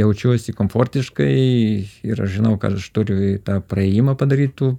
jaučiuosi komfortiškai ir aš žinau ka aš turiu tą praėjimą padaryt tų